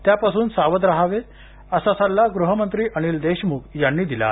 त्यापासून सावध रहावे असा सल्ला गृहमंत्री अनिल देशमुख यांनी दिला आहे